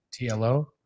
TLO